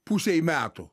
pusei metų